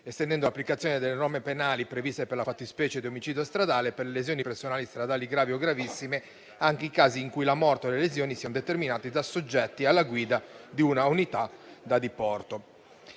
estendendo l'applicazione delle norme penali previste per la fattispecie di omicidio stradale, per lesioni personali stradali gravi o gravissime, anche ai casi in cui la morte o le lesioni siano determinate da soggetti alla guida di una unità da diporto.